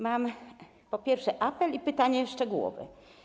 Mam, po pierwsze, apel i pytanie szczegółowe.